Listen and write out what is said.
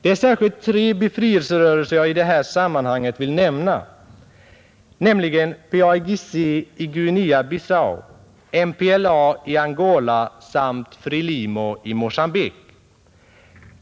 Det är särskilt tre befrielserörelser jag i det här sammanhanget vill nämna: PAIGC i Guinea-Bissau, MPLA i Angola samt FRELIMO i Mogambique.